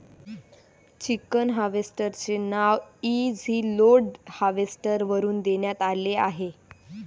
chicken harvester चे नाव easyload harvester वरून देण्यात आले आहे